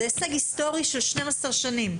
זה הישג היסטורי של 12 שנים.